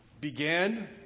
began